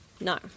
No